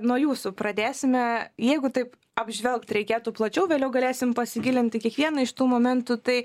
nuo jūsų pradėsime jeigu taip apžvelgt reikėtų plačiau vėliau galėsim pasigilint į kiekvieną iš tų momentų tai